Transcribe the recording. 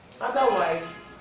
Otherwise